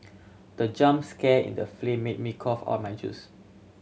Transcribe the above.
the jump scare in the film made me cough out my juice